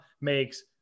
makes